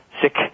sick